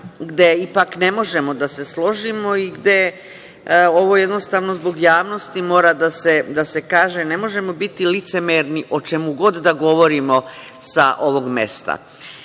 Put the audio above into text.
gde ipak ne možemo da se složimo. Ovo zbog javnosti mora da se kaže. Ne možemo biti licemerni o čemu god da govorimo sa ovog mesta.